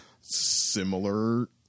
similar